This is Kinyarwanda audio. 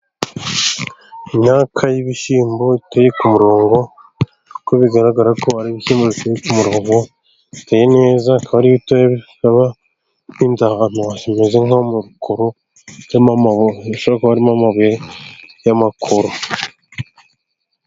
Imyaka y'ibishyimbo iteye ku murongo, kuko bigaragara ko ari ibishyimbo biteye ku murongo, biteye neza akaba ari bito bikaba bihinze ahantu hahinze nko mu rukoro, hashobora kuba harimo amabuye y'amakoro.